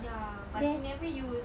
ya but he never use